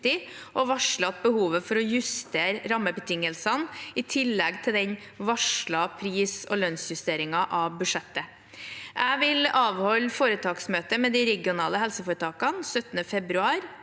å varsle et behov for å justere rammebetingelsene, i tillegg til den varslede pris- og lønnsjusteringen av budsjettet. Jeg vil avholde et foretaksmøte med de regionale helseforetakene 17. februar.